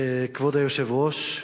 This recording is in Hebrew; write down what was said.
כבוד היושב-ראש,